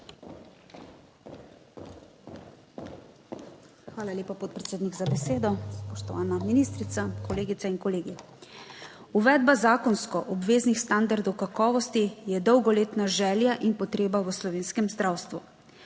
Hvala lepa, podpredsednik, za besedo. Spoštovana ministrica, kolegice in kolegi. Uvedba zakonsko obveznih standardov kakovosti je dolgoletna želja in potreba v slovenskem zdravstvu.